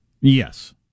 Yes